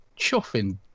chuffing